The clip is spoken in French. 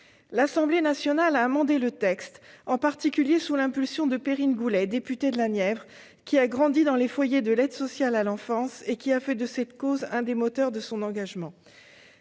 L'Assemblée nationale a amendé le texte, en particulier sous l'impulsion de Perrine Goulet, députée de la Nièvre, qui a grandi dans les foyers de l'aide sociale à l'enfance et qui a fait de cette cause l'un des moteurs de son engagement.